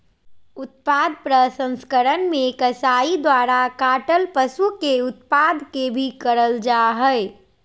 उत्पाद प्रसंस्करण मे कसाई द्वारा काटल पशु के उत्पाद के भी करल जा हई